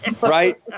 Right